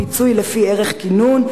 פיצוי לפי ערך כינון),